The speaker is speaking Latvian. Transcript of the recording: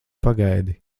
pagaidi